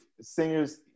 singers